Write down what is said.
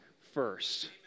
first